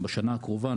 בשנה הקרובה,